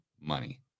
money